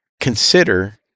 consider